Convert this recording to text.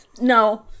No